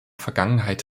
vergangenheit